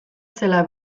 zela